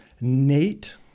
Nate